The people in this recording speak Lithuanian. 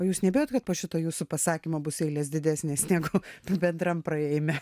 o jūs nebijot kad po šito jūsų pasakymo bus eilės didesnės negu bendram praėjime